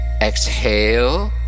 exhale